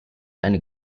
eine